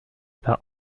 par